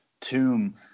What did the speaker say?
tomb